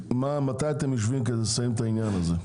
מתי אתם יושבים כדי לסיים את העניין הזה?